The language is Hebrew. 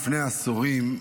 לפני עשורים,